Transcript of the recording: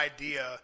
idea